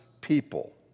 people